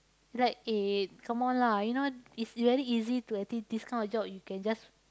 like eh come on lah you know it's very easy to I think this kind of job you can just